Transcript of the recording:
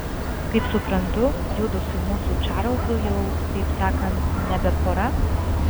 kaip suprantu judu su mūsų čarlzu jau taip sakant nebe pora